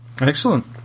Excellent